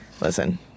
Listen